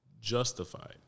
justified